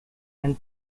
and